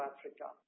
Africa